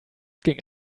ging